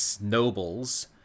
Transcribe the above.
nobles